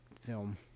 film